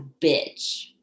bitch